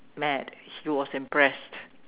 mad he was impressed